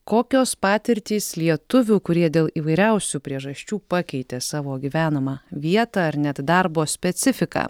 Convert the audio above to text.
kokios patirtys lietuvių kurie dėl įvairiausių priežasčių pakeitė savo gyvenamą vietą ar net darbo specifiką